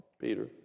Peter